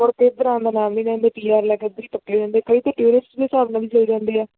ਮੁੜ ਕੇ ਇੱਧਰ ਆਉਣ ਦਾ ਨਾਮ ਨਹੀਂ ਲੈਂਦੇ ਪੀ ਆਰ ਲੈ ਕੇ ਇੱਦਾਂ ਹੀ ਪੱਕੇ ਰਹਿੰਦੇ ਕਈ ਤਾਂ ਟੂਰਿਸਟ ਦੇ ਹਿਸਾਬ ਨਾਲ ਵੀ ਚਲ ਜਾਂਦੇ ਆ